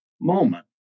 moment